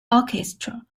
orchestra